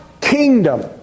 kingdom